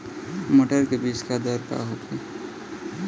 मटर के बीज दर का होखे?